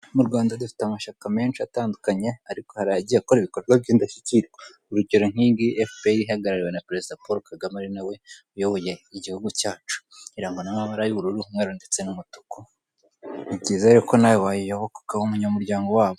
Murwanda dufite amashyaka menshi atandukanye ,ariko hari ayagiye akora ibikorwa by' indashyikirwa, Urugero nkiyi ngiyi FPR ihagarariwe na perezida Paul Kagame ari nawe uyoboye igihugu cyacu, irangwa n' amabara y,' ubururu , umweru n' umutuku, ni byiza rero ko nawe wayiyoboka ukaba umunyamurwango wabo.